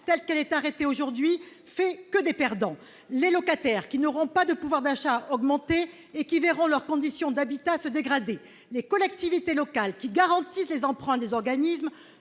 telle qu'elle est arrêtée aujourd'hui fait que des perdants, les locataires qui n'auront pas de pouvoir d'achat augmenter et qui verront leurs conditions d'habitat se dégrader, les collectivités locales qui garantissent des emprunts des organismes